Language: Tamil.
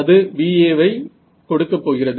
அது VA வை கொடுக்கப் போகிறது